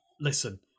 listen